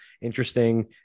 Interesting